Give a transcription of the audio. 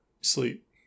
sleep